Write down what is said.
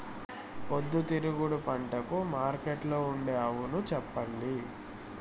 పొద్దుతిరుగుడు పంటకు మార్కెట్లో ఉండే అవును చెప్పండి?